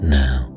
now